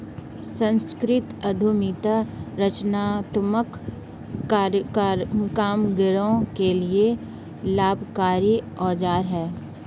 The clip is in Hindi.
संस्कृति उद्यमिता रचनात्मक कामगारों के लिए लाभकारी औजार है